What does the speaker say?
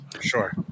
Sure